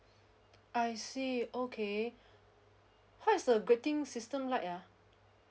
I see okay how is the grading system like ah